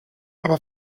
aber